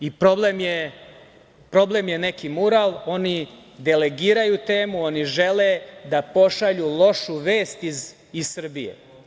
I problem je neki mural, oni delegiraju temu, žele da pošalju lošu vest iz Srbije.